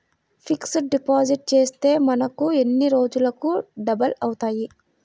Fixed deposit చేస్తే మనకు ఎన్ని రోజులకు డబల్ అవుతాయి?